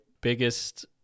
biggest